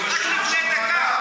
רק לפני דקה.